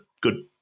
good